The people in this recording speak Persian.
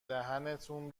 دهنتون